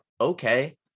okay